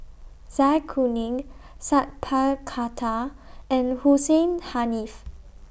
Zai Kuning Sat Pal Khattar and Hussein Haniff